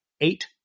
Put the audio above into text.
eight